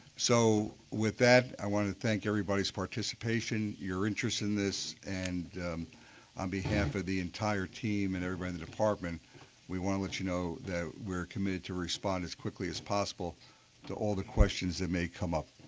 so with that i want to thank everybody's participation, your interest in this and on behalf of the entire team and everybody in the department we want to let you know that we're committed to respond as quickly as possible to all the questions that may come up.